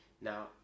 now